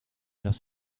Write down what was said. los